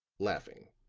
laughing,